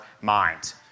mind